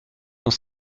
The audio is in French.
dans